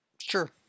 Sure